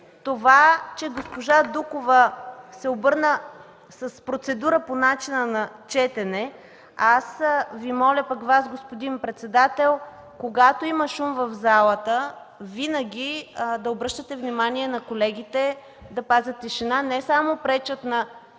Госпожа Дукова се обърна с процедура по начина на четене. Аз пък Ви моля, господин председател, когато има шум в залата, винаги да обръщате внимание на колегите да пазят тишина. Не само пречат на